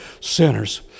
sinners